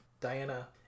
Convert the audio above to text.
Diana